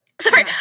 Sorry